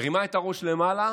מרימה את הראש למעלה,